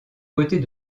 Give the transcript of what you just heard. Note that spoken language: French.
côtés